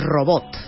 Robot